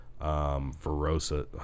Verosa